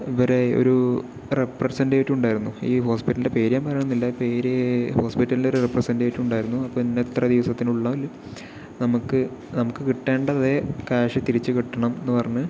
ഇവരെ ഒരു റെപ്രെസെന്റേറ്റീവുണ്ടായിരുന്നു ഈ ഹോസ്പിറ്റലിൻ്റെ പേര് ഞാൻ പറയുന്നില്ല പേര് ഹോസ്പിറ്റലിൻ്റെ ഒരു റെപ്രെസെന്റേറ്റീവുണ്ടായിരുന്നു അപ്പോൾ ഇന്ന ഇത്ര ദിവസത്തിനുള്ളില് നമുക്ക് നമുക്ക് കിട്ടേണ്ട അതേ ക്യാഷ് തിരിച്ച് കിട്ടണം എന്ന് പറഞ്ഞ്